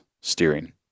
steering